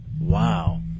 Wow